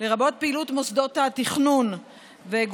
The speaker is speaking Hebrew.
לרבות פעילות מוסדות התכנון וגופים